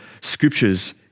scriptures